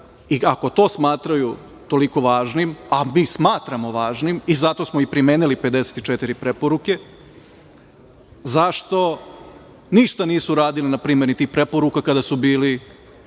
i ako to smatraju toliko važnim, a mi smatramo važnim i zato smo i primenili 54 preporuke, zašto ništa nisu radili na primeni tih preporuka kada su bili